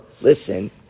listen